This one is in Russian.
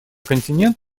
континент